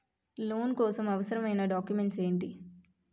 Loan కోసం అవసరమైన documents ఎంటి?